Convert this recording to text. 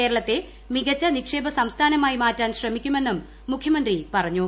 കേരളത്തെ മികച്ച നിക്ഷേപ സംസ്ഥാനമായി മാറ്റാൻ ശ്രമിക്കുമെന്നും മുഖ്യമന്ത്രി പറഞ്ഞു